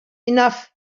enough